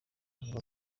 avuga